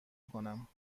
کنم